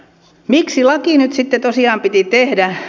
miksi laki nyt sitten tosiaan piti tehdä